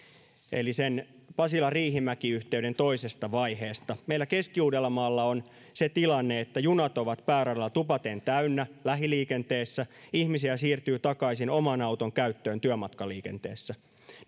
eli sen pasila riihimäki yhteyden toisesta vaiheesta meillä keski uudellamaalla on se tilanne että junat ovat pääradalla tupaten täynnä lähiliikenteessä ihmisiä siirtyy takaisin oman auton käyttöön työmatkaliikenteessä